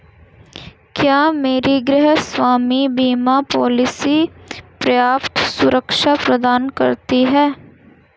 क्या मेरी गृहस्वामी बीमा पॉलिसी पर्याप्त सुरक्षा प्रदान करती है?